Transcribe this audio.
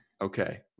Okay